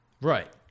Right